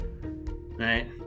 right